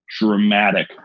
dramatic